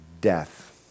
death